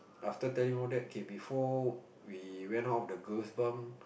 after telling all that K before we went out of the girls bunk